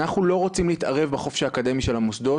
אנחנו לא רוצים להתערב בחופש האקדמי של המוסדות,